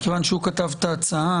מכיוון שהוא כתב את ההצעה,